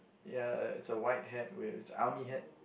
ya is is a white hat wait is army hat